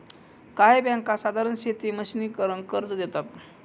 काही बँका साधारण शेती मशिनीकरन कर्ज देतात